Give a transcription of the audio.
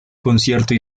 concierto